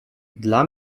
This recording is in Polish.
dla